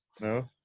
No